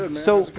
but so,